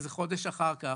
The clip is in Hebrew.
איזה חודש אחר כך,